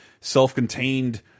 self-contained